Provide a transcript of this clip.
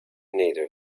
neither